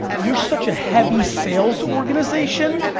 you're such a heavy sales organization,